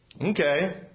okay